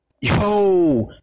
Yo